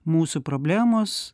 mūsų problemos